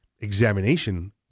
examination